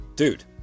Dude